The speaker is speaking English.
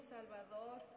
Salvador